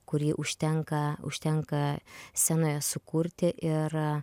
kurį užtenka užtenka scenoje sukurti ir